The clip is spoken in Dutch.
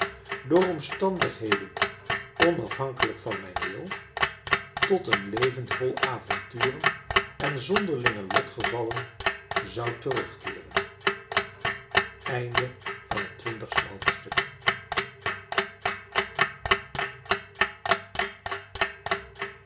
door omstandigheden onafhankelijk van mijn wil tot een leven vol avonturen en zonderlinge lotgevallen zou terugkeeren